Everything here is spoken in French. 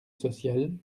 sociale